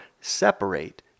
separate